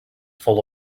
full